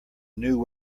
new